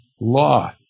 law